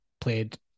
played